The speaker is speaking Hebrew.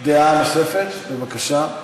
דעה נוספת, בבקשה.